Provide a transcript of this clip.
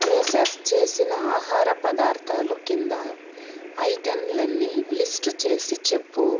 process చేసిన ఆహార పదార్ధాలు కింద ఐటెంలన్నీ లిస్టు చేసి చెప్పు